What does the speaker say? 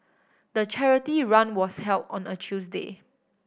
the charity run was held on a Tuesday